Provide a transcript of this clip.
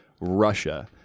Russia